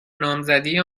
نامزدی